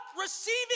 receiving